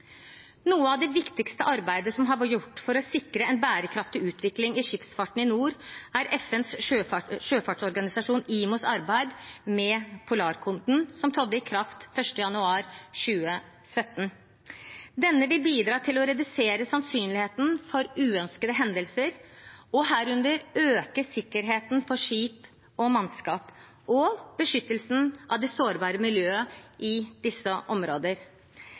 Noe av det viktigste arbeidet som har vært gjort for å sikre en bærekraftig utvikling i skipsfarten i nord, er FNs sjøfartsorganisasjon, IMO, sitt arbeid med Polarkoden, som trådte i kraft 1. januar 2017. Denne vil bidra til å redusere sannsynligheten for uønskede hendelser og herunder øke sikkerheten for skip og mannskap og beskyttelsen av det sårbare miljøet i disse